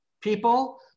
people